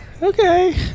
Okay